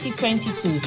2022